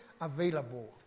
available